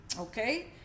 okay